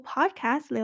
Podcast